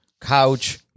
couch